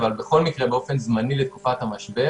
אבל בכל מקרה באופן זמני לתקופת המשבר